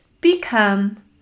become